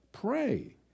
pray